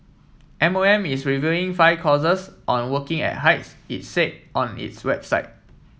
M O M is reviewing five courses on working at heights it said on its website